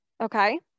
Okay